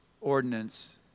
ordinance